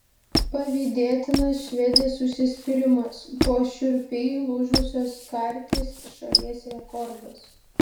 pavydėtinas švedės užsispyrimas po šiurpiai lūžusios karties šalies rekordas